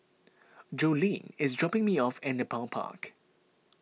Jolene is dropping me off at Nepal Park